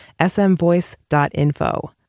smvoice.info